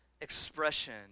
expression